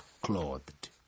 clothed